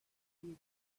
you